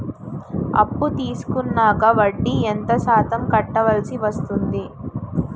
అప్పు తీసుకున్నాక వడ్డీ ఎంత శాతం కట్టవల్సి వస్తుంది?